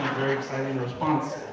very exciting response.